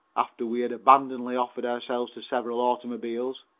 after we had abandonedly offered ourselves to several automobiles.